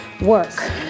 work